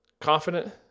confident